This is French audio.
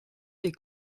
des